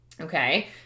Okay